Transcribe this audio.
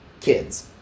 kids